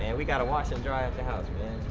and we got a washer and dryer at the house man.